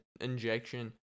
injection